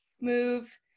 move